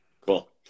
Cool